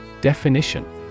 Definition